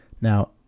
Now